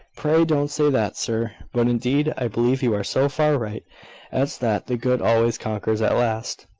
pray, don't say that, sir. but, indeed, i believe you are so far right as that the good always conquers at last.